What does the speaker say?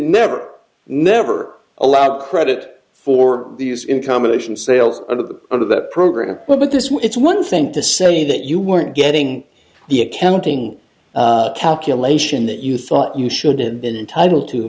never never allowed credit for these in combination sales under the under the program but this way it's one thing to say that you weren't getting the accounting calculation that you thought you should have been entitled to